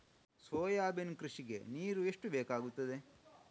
Soybean ಕೃಷಿಗೆ ನೀರು ಎಷ್ಟು ಬೇಕಾಗುತ್ತದೆ?